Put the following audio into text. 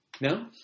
no